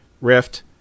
Rift